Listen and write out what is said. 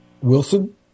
Wilson